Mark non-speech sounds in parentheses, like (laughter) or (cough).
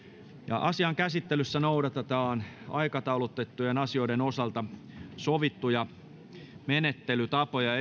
asian käsittelyssä noudatetaan aikataulutettujen asioiden osalta sovittuja menettelytapoja (unintelligible)